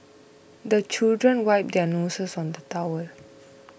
the children wipe their noses on the towel